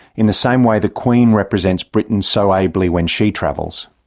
in the same way the queen represents britain so ably when she travels.